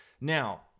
Now